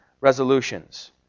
resolutions